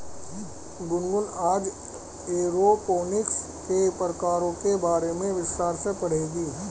गुनगुन आज एरोपोनिक्स के प्रकारों के बारे में विस्तार से पढ़ेगी